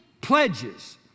pledges